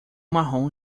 marrom